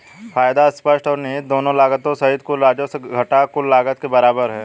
फायदा स्पष्ट और निहित दोनों लागतों सहित कुल राजस्व घटा कुल लागत के बराबर है